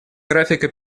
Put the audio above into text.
графика